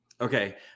Okay